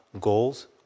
goals